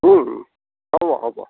হ'ব হ'ব